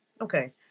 Okay